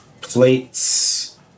plates